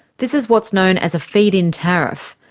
this is what's known as a feed-in tariff.